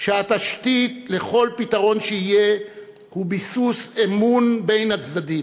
שהתשתית לכל פתרון שיהיה היא ביסוס אמון בין הצדדים.